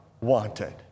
wanted